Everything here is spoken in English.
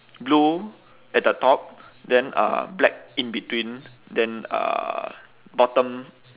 blue at the top then uh black in between then uh bottom